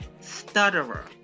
stutterer